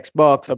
Xbox